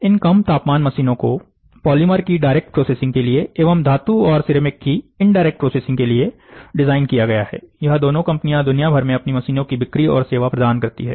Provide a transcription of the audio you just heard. इन कम तापमान मशीनों को पॉलीमर की डायरेक्ट प्रोसेसिंग के लिए एवं धातु और सिरेमिक की इनडायरेक्ट प्रोसेसिंग के लिए डिजाइन किया गया है यह दोनों कंपनियां दुनिया भर में अपनी मशीनों की बिक्री और सेवा प्रदान करती है